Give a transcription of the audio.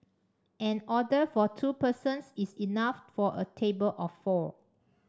an order for two persons is enough for a table of four